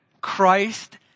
Christ